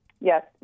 yes